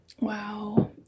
wow